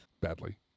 badly